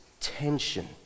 tension